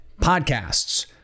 podcasts